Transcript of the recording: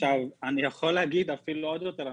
אני יכול להגיד אפילו עוד יותר.